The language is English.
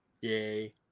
Yay